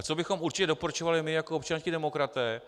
Co bychom určitě doporučovali my jako občanští demokraté?